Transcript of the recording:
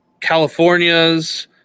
California's